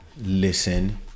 listen